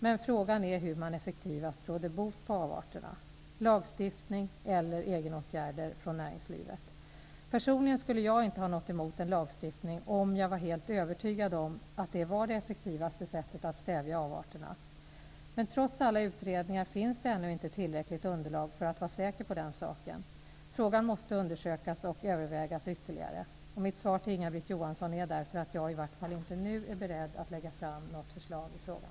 Men frågan är hur man effektivast råder bot på avarterna. Lagstiftning eller egenåtgärder från näringslivet? Personligen skulle jag inte ha något emot en lagstiftning, om jag var helt övertygad om att det var det effektivaste sättet att stävja avarterna. Trots alla utredningar finns det ännu inte tillräckligt underlag för att vara säker på den saken. Frågan måste undersökas och övervägas ytterligare. Mitt svar till Inga-Britt Johansson är därför att jag i vart fall inte nu är beredd att lägga fram något förslag i frågan.